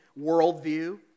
worldview